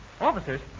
Officers